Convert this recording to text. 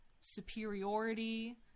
superiority